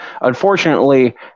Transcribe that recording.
Unfortunately